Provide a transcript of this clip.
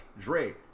Dre